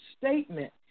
statement